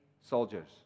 soldiers